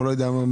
הוא לא יודע מה,